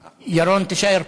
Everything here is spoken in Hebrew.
ירון, תישאר פה.